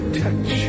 touch